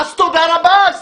תודה רבה.